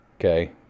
okay